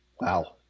Wow